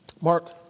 Mark